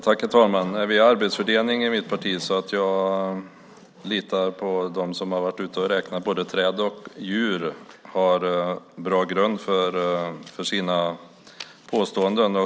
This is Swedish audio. Herr talman! Vi har arbetsfördelning i mitt parti. Jag litar på att de som har varit ute och räknat träd och djur har bra grund för sina påståenden.